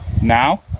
Now